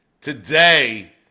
Today